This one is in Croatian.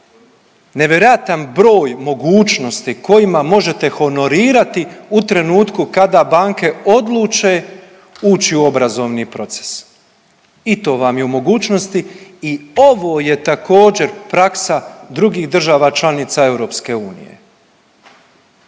nevjerojatan broj mogućnosti kojima možete honorirati u trenutku kada banke odluče ući u obrazovni proces i to vam je u mogućnosti i ovo je također praksa drugih država članica EU.